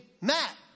Matt